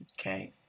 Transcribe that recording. okay